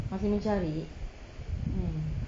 masih mencari hmm